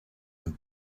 and